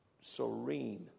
serene